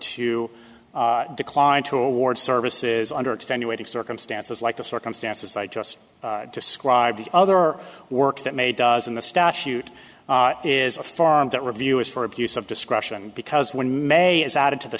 to decline to award services under extenuating circumstances like the circumstances i just described the other work that may does in the statute is a farm that review is for abuse of discretion because when may is added to the